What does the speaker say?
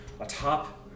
atop